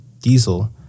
Diesel